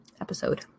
episode